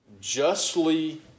justly